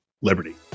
Liberty